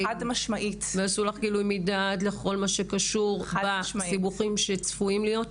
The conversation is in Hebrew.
ועשו לך גילוי מידע בכל מה שקשור בסיבוכים שעלולים להיות?